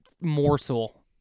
morsel